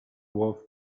wolf